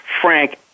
Frank